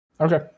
Okay